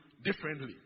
differently